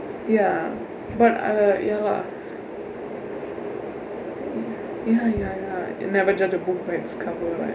ya but uh ya lah ya ya ya never judge a book by its cover right